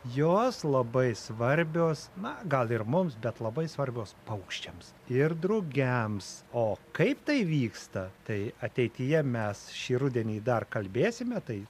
jos labai svarbios na gal ir mums bet labai svarbios paukščiams ir drugiams o kaip tai vyksta tai ateityje mes šį rudenį dar kalbėsime tai